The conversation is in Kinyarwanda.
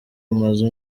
amazu